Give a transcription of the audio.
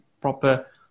proper